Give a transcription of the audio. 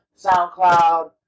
SoundCloud